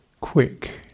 quick